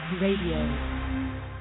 Radio